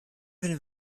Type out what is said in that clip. wenn